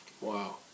Wow